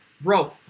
Bro